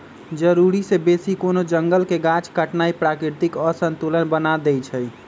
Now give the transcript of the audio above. जरूरी से बेशी कोनो जंगल के गाछ काटनाइ प्राकृतिक असंतुलन बना देइछइ